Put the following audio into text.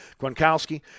Gronkowski